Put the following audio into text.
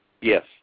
Yes